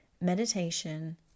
meditation